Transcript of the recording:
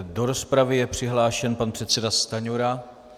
Do rozpravy je přihlášen pan předseda Stanjura.